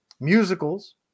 musicals